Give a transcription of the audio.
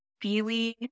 feeling